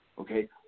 Okay